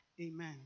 Amen